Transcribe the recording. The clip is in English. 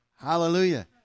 Hallelujah